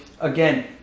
Again